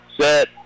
Set